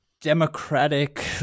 democratic